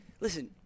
listen